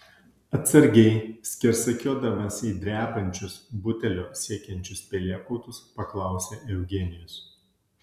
atsargiai skersakiuodamas į drebančius butelio siekiančius pelėkautus paklausė eugenijus